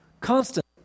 constant